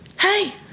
Hey